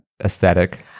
aesthetic